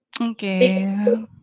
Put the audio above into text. Okay